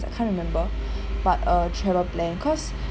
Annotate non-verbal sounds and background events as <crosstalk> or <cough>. I can't remember <breath> but a travel plan cause